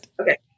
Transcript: Okay